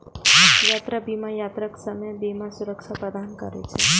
यात्रा बीमा यात्राक समय बीमा सुरक्षा प्रदान करै छै